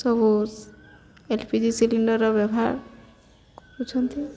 ସବୁ L P G ସିଲିଣ୍ଡରର ବ୍ୟବହାର କରୁଛନ୍ତି